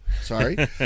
sorry